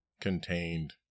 contained